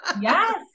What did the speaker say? Yes